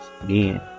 Again